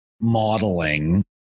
modeling